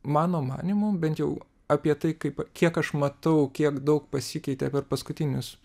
mano manymu bent jau apie tai kaip kiek aš matau kiek daug pasikeitė per paskutinius